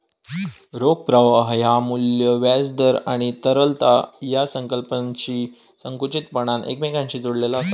रोख प्रवाह ह्या मू्ल्य, व्याज दर आणि तरलता या संकल्पनांशी संकुचितपणान एकमेकांशी जोडलेला आसत